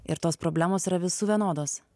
ir tos problemos yra visų vienodos